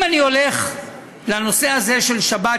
אם אני הולך לנושא הזה של שבת,